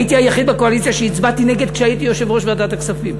הייתי היחיד בקואליציה שהצבעתי נגד כשהייתי יושב-ראש ועדת הכספים.